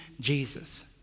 Jesus